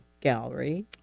Gallery